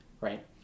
right